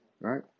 Right